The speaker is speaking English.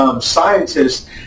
scientists